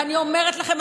ואני אומרת לכם,